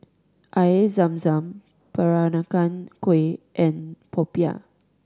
Air Zam Zam Peranakan Kueh and popiah